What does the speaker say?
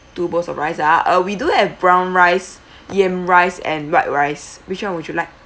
two bowls of rice ah uh we do have brown rice yam rice and white rice which one would you like